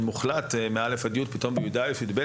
מוחלט מכיתות א'-י' מותרות בכיתות י"א-י"ב.